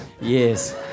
Yes